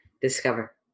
discover